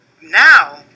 Now